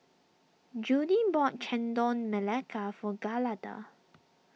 Judy bought Chendol Melaka for Giada